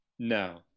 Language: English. No